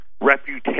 reputation